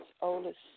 oldest